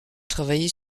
travaillé